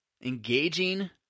engaging